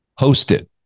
hosted